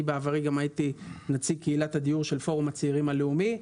בעברי הייתי גם נציג קהילת הדיור של פורום הצעירים הלאומי.